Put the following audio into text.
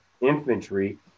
infantry